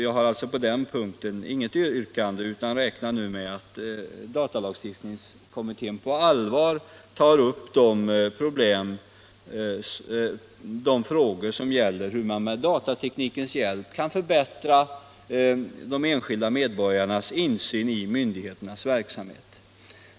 På den punkten har jag således inget yrkande, utan jag räknar med att datalagstiftningskommittén på allvar tar upp frågorna om man med datateknikens hjälp kan förbättra de enskilda medborgarnas insyn i myndigheternas verksamhet.